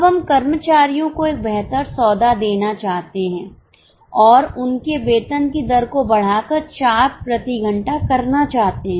अब हम कर्मचारियों को एक बेहतर सौदा देना चाहते हैं और उनके वेतन की दर को बढ़ाकर 4 प्रति घंटा करना चाहते हैं